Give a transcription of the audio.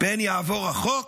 פן יעבור החוק?